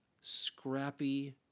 scrappy